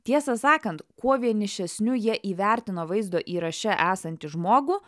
tiesą sakant kuo vienišesniu jie įvertino vaizdo įraše esantį žmogų